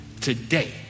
Today